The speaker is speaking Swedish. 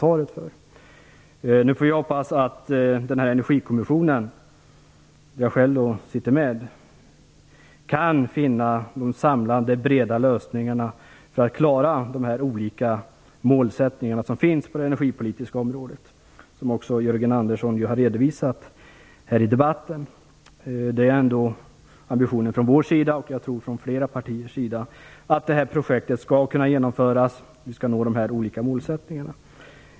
Vi får nu hoppas att Energikommissionen, där jag själv sitter med, kan finna de samlande, breda lösningarna för att klara de olika målsättningarna på det energipolitiska området. Jörgen Andersson har också redovisat det i debatten. Det är ambitionen från vår sida och från flera partiers sida att projektet skall kunna genomföras och att vi skall nå de olika målsättningarna.